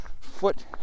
foot